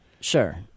Sure